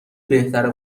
بهتره